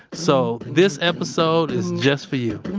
so this episode is just for you